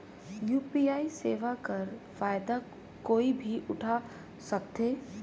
UPI सेवा कर फायदा कोई भी उठा सकथे?